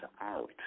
out